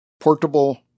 Portable